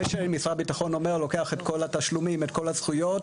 זה שמשרד הביטחון לוקח את כל התשלומים והזכויות